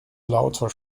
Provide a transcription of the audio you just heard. lauter